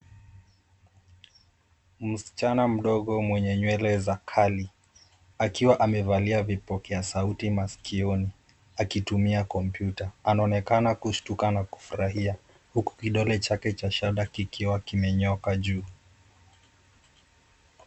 Msichana mdogo mwenye nywele za kali, akiwa amevalia vipokea sauti masikioni, akitumia kompyuta, anonekana kushtuka na kufurahia, uku kidole chake cha shada kikiwa kimenyoka juu.